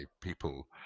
people